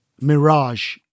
mirage